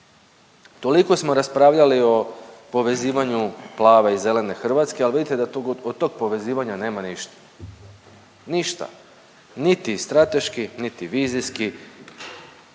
Toliko smo raspravljali o povezivanju plave i zelene Hrvatske ali vidite da tu od tog povezivanja nema ništa. Ništa niti strateški niti vizijski,